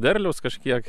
derliaus kažkiek